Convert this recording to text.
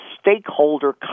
stakeholder